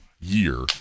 year